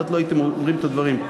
אחרת לא הייתם אומרים את הדברים: